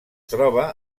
troba